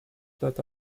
that